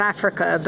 Africa